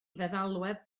feddalwedd